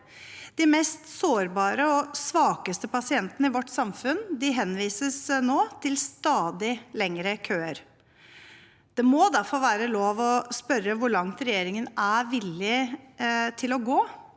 De mest sårbare og svakeste pasientene i vårt samfunn henvises nå til stadig lengre køer. Det må derfor være lov å spørre hvor langt regjeringen er villig til å gå